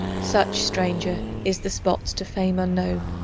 such, stranger, is the spot, to fame unknown,